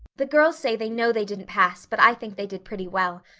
the girls say they know they didn't pass, but i think they did pretty well.